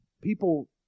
people